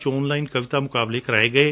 ਵਿਚ online ਕਵਿਤਾ ਮੁਕਾਬਲੇ ਕਰਵਾਏ ਗਏ